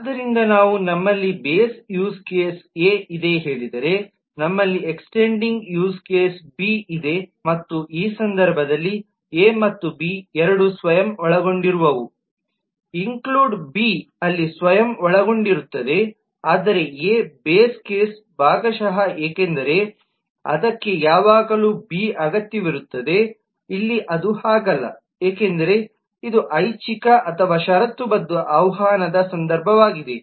ಆದ್ದರಿಂದ ನಾವು ನಮ್ಮಲ್ಲಿ ಬೇಸ್ ಯೂಸ್ ಕೇಸ್ ಎ ಇದೆ ಹೇಳಿದರೆ ನಮ್ಮಲ್ಲಿ ಎಕ್ಸ್ಟೆಂಡಿಂಗ್ ಯೂಸ್ ಕೇಸ್ ಬಿ ಇದೆ ಮತ್ತು ಈ ಸಂದರ್ಭದಲ್ಲಿ ಎ ಮತ್ತು ಬಿ ಎರಡೂ ಸ್ವಯಂ ಒಳಗೊಂಡಿರುವವು ಇನ್ಕ್ಲ್ಯೂಡ್ ಬಿ ಅಲ್ಲಿ ಸ್ವಯಂ ಒಳಗೊಂಡಿರುತ್ತದೆ ಆದರೆ ಎ ಬೇಸ್ ಕೇಸ್ ಭಾಗಶಃ ಏಕೆಂದರೆ ಅದುಕ್ಕೆ ಯಾವಾಗಲೂ ಬಿ ಅಗತ್ಯವಿರುತ್ತದೆ ಇಲ್ಲಿ ಅದು ಹಾಗಲ್ಲ ಏಕೆಂದರೆ ಇದು ಐಚ್ಚಿಕ ಅಥವಾ ಷರತ್ತುಬದ್ಧ ಆಹ್ವಾನದ ಸಂದರ್ಭವಾಗಿದೆ